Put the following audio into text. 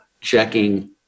checking